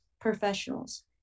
professionals